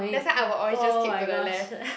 that's why I will always just keep to the left